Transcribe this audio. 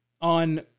on